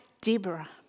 Deborah